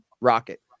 rocket